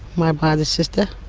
my father's sister,